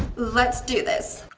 let's do this